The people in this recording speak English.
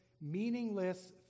meaningless